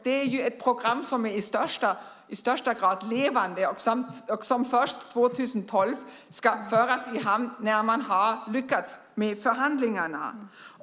Det är ett program som är i högsta grad levande och som först 2012 ska föras i hamn när man har lyckats med förhandlingarna.